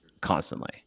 constantly